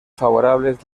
favorables